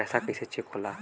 पैसा कइसे चेक होला?